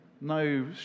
No